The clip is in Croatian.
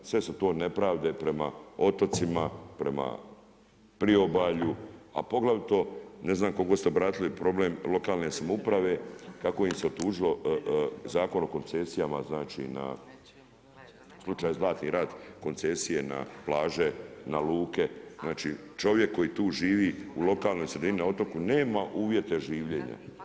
Sve su to nepravde prema otocima, prema priobalju, a poglavito ne znam koliko ste obratili na problem lokalne samouprave kako im se otužilo Zakon o koncesijama znači slučaj Zlatni rat koncesije na plaže, na luke, znači čovjek koji tu živi u lokalnoj sredini, na otoku, nema uvjete življenja.